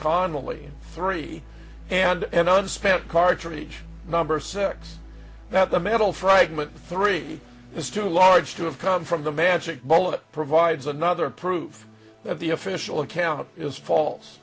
connally three and unspent cartridge number six that the metal fragment three is too large to have come from the magic bullet provides another proof of the official account is false